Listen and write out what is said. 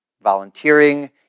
volunteering